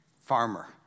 farmer